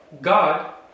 God